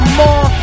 more